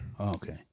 Okay